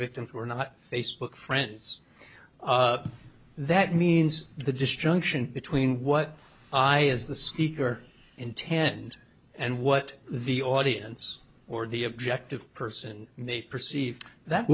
victims were not facebook friends that means the disjunction between what i is the speaker intend and what the audience or the objective person may perceive that